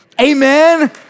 Amen